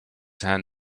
hand